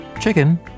Chicken